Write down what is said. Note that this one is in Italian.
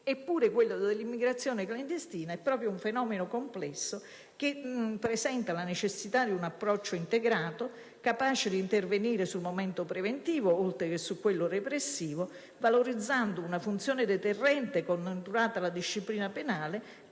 Eppure quello dell'immigrazione clandestina è un fenomeno complesso, che come tale presenta la necessità di un approccio integrato, capace di intervenire sul momento preventivo oltre che su quello repressivo, valorizzando la funzione deterrente connaturata alla disciplina penale